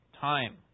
Time